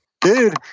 dude